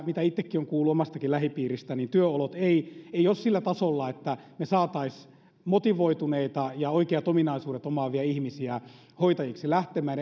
mitä itsekin olen kuullut omasta lähipiiristäni työolot eivät ole sillä tasolla että me saisimme motivoituneita ja oikeat ominaisuudet omaavia ihmisiä hoitajiksi lähtemään